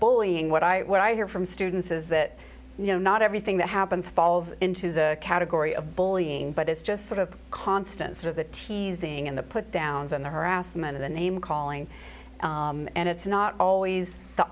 bullying what i what i hear from students is that you know not everything that happens falls into the category of bullying but it's just sort of constant sort of the teasing and the put downs and the harassment or the name calling and it's not always the